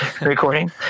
recording